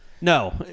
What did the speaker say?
No